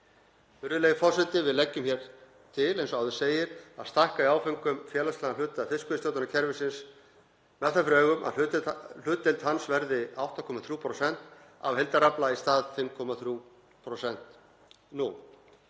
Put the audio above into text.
Virðulegi forseti. Við leggjum hér til, eins og áður segir, að stækka í áföngum félagslegan hluta fiskveiðistjórnarkerfisins með það fyrir augum að hlutdeild hans verði 8,3% af heildarafla í stað 5,3% nú.